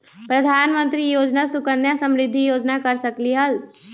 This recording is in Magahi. प्रधानमंत्री योजना सुकन्या समृद्धि योजना कर सकलीहल?